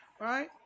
Right